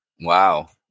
Wow